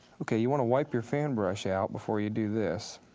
okay, you want to wipe your fan brush out before you do this.